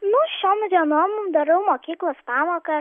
nu šiom dienom darau mokyklos pamoką